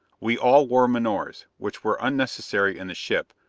we all wore menores, which were unnecessary in the ship,